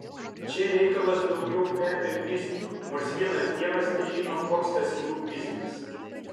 čia reikalas daugiau kvepia bizniu nors vienas dievas težino koks tas jų biznis